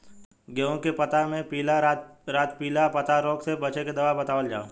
गेहूँ के पता मे पिला रातपिला पतारोग से बचें के दवा बतावल जाव?